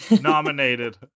nominated